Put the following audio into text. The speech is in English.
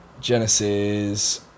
Genesis